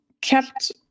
kept